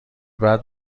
بعد